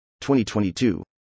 2022